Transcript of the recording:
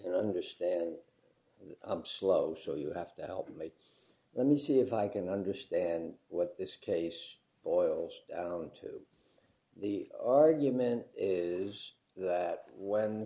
understand the slow so you have to help me let me see if i can understand what this case boils down to the argument is that when